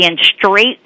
straight